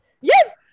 Yes